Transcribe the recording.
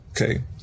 Okay